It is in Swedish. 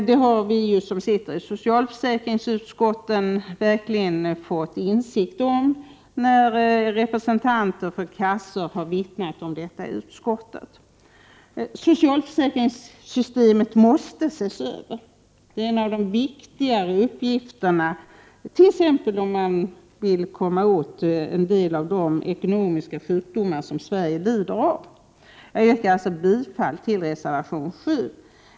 Det har ju vi som sitter i socialförsäkringsutskottet verkligen fått insikt i när representanter för försäkringskassorna vittnat om detta i utskottet. Socialförsäkringssystemet måste ses över. Det är en av de viktigare uppgifterna om man t.ex. vill komma åt en del av de ekonomiska sjukdomar som Sverige lider av. Jag yrkar bifall till reservation 7.